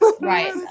Right